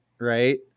right